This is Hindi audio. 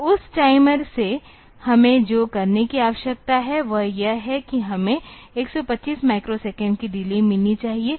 तो उस टाइमर से हमें जो करने की आवश्यकता है वह यह है कि हमें 125 माइक्रोसेकंड की डिले मिलनी चाहिए